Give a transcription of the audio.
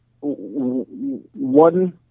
One